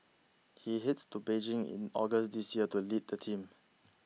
he heads to Beijing in August this year to lead the team